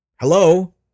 Hello